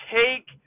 take